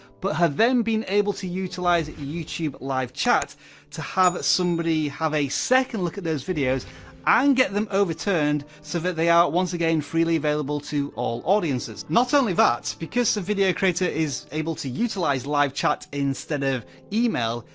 but have then been able to utilize youtube live chats to have somebody have a second look at those videos and get them overturned so that they are once again freely available to all audiences. not only that, because the video creator is able to utilize live chat instead of email,